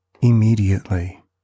immediately